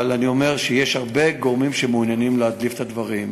אבל אני אומר שיש הרבה גורמים שמעוניינים להדליף את הדברים.